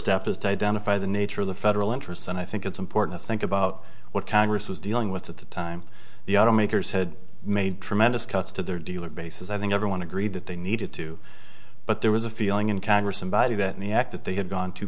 step is to identify the nature of the federal interest and i think it's important to think about what congress was dealing with at the time the automakers had made tremendous cuts to their dealer base as i think everyone agreed that they needed to but there was a feeling in congress somebody that the act that they had gone too